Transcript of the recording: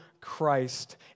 Christ